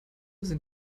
sind